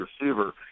receiver